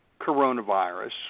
coronavirus